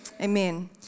Amen